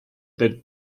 that